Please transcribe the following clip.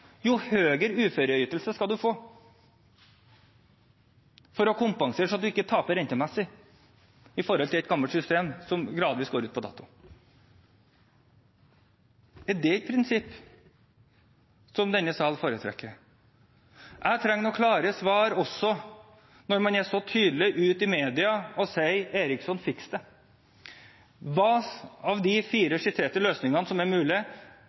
jo høyere uføreytelse skal man få for å kompensere slik at man ikke taper rentemessig i forhold til et gammelt system som gradvis går ut på dato? Er det et prinsipp som denne sal foretrekker? Jeg trenger noen klare svar også når man er så tydelig ute i media og sier: Eriksson, fiks det! Hvilke av de fire skisserte løsningene som er mulig,